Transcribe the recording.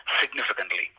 significantly